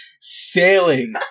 sailing